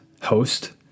host